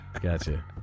Gotcha